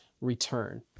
return